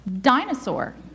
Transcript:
dinosaur